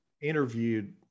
interviewed